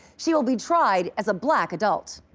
she will be tried as a black adult.